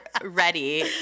ready